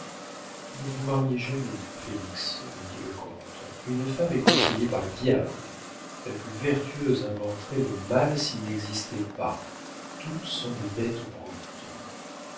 ne vous mariez jamais félix me dit le comte une femme est conseillée par le diable la plus vertueuse inventerait le mal s'il n'existait pas toutes sont des bêtes brutes